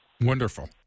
Wonderful